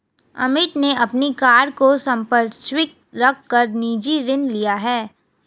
अमित ने अपनी कार को संपार्श्विक रख कर निजी ऋण लिया है